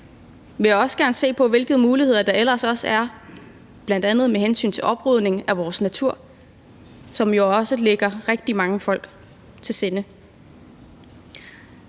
det, vil jeg gerne se på, hvilke muligheder der ellers også er, bl.a. med hensyn til oprydning i vores natur, som jo også ligger rigtig mange på sinde.